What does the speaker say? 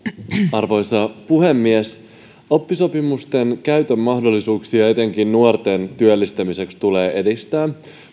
arvoisa puhemies oppisopimusten käytön mahdollisuuksia etenkin nuorten työllistämiseksi tulee edistää